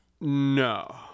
No